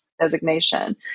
designation